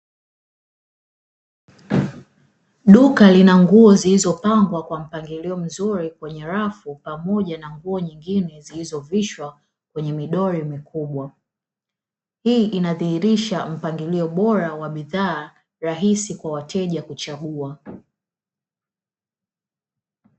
Duka lina nguo zilizopangwa kwa mpangilio mzuri kwenye rafu pamoja na nguo nyingine zilizovishwa kwenye midoli mikubwa. Hii inadhihirisha mpangilio bora wa bidhaa rahisi wa wateja kuchagua.